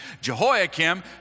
Jehoiakim